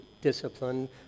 discipline